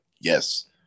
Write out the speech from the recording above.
yes